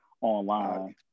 online